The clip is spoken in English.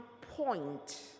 point